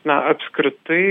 na apskritai